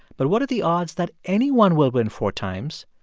but what are the odds that anyone will win four times?